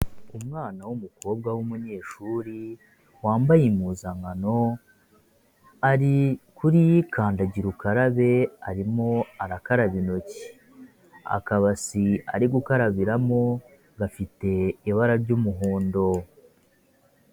Umwana w'umukobwa w'umunyeshuri wambaye impuzankano, ari kuri kandagira ukarabe arimo arakaraba intoki, akabasi ari gukarabiramo gafite ibara ry'umuhondo.